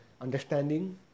understanding